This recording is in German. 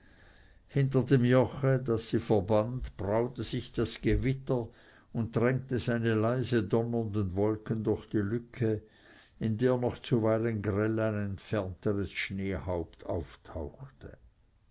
hinter dem joche das sie verband braute sich das gewitter und drängte seine leise donnernden wolken durch die lücke in der noch zuweilen grell ein entfernteres schneehaupt auftauchte